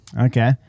Okay